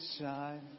shine